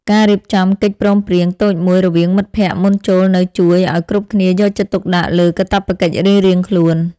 ការរៀបចំកិច្ចព្រមព្រៀងតូចមួយរវាងមិត្តភក្តិមុនចូលនៅជួយឱ្យគ្រប់គ្នាយកចិត្តទុកដាក់លើកាតព្វកិច្ចរៀងៗខ្លួន។